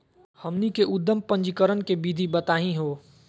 हमनी के उद्यम पंजीकरण के विधि बताही हो?